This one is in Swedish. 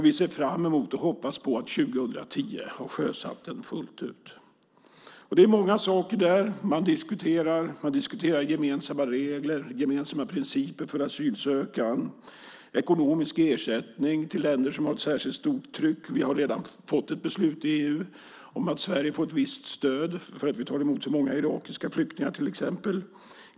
Vi ser fram emot och hoppas på att 2010 ha sjösatt den fullt ut. Det finns många saker där. Man diskuterar gemensamma regler, gemensamma principer för asylansökan och om ekonomisk ersättning till länder som har särskilt stort tryck. Vi har redan fått ett beslut i EU om att Sverige får ett visst stöd för att vi tar emot så många irakiska flyktingar till exempel.